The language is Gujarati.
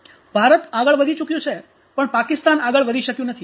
ભારત આગળ વધી ચૂક્યું છે પણ પાકિસ્તાન આગળ વધી શક્યું નથી